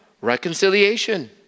reconciliation